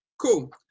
cool